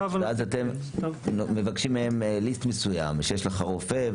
ואז אתם מבקשים מהם List מסוים שיש להם רופא,